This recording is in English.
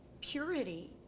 purity